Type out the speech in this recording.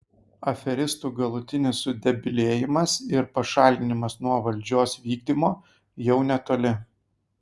aferistų galutinis sudebilėjimas ir pašalinimas nuo valdžios vykdymo jau netoli